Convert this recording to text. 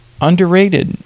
underrated